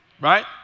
Right